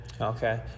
okay